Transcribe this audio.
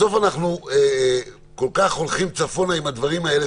בסוף אנחנו כל כך הולכים צפונה עם הדברים האלה,